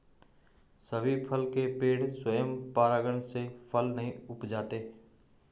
सभी फल के पेड़ स्वयं परागण से फल नहीं उपजाते